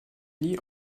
nie